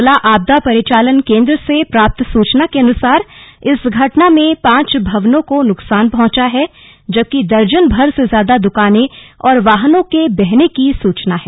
जिला आपदा परिचालन केंद्र से प्राप्त सूचना के अनुसार इस घटना में पांच भवनों को नुकसान पहुंचा है जबकि दर्जन भर से ज्यादा दुकानें और वाहनों के बहने की सूचना है